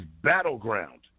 Battleground